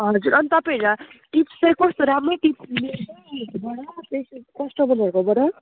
हजुर अनि त तपाईँहरूलाई टिप्स चाहिँ कस्तो राम्रै टिप्स कस्टमरहरूको बाट